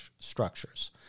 structures